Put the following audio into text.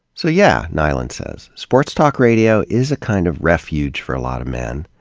so yeah, nylund says, sports talk radio is a kind of refuge for a lot of men,